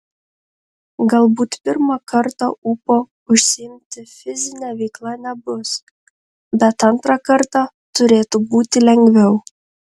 galbūt pirmą kartą ūpo užsiimti fizine veikla nebus bet antrą kartą turėtų būti lengviau